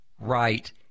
right